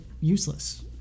useless